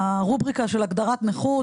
הרובריקה של הגדרת נכות,